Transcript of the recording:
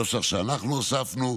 נוסח שאנחנו הוספנו,